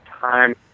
time